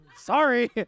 Sorry